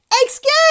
excuse